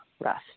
rest